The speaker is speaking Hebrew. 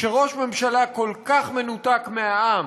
כשראש ממשלה כל כך מנותק מהעם,